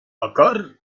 carr